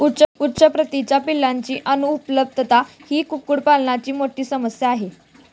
उच्च प्रतीच्या पिलांची अनुपलब्धता ही कुक्कुटपालनाची मोठी समस्या आहे